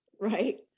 right